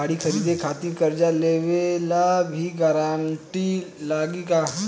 गाड़ी खरीदे खातिर कर्जा लेवे ला भी गारंटी लागी का?